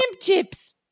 chips